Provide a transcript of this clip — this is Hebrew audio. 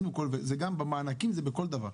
זה גם במענקים וזה גם בכל דבר,